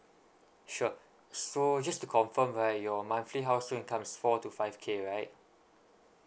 sure so just to confirm right your monthly household income is four to five K right